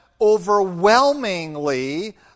overwhelmingly